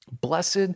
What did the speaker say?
Blessed